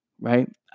right